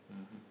mmhmm